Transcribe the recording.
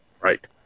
right